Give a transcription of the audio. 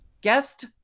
guest